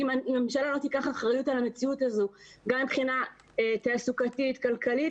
אם הממשלה לא תיקח אחריות על המציאות הזו גם מבחינה תעסוקתית כלכלית,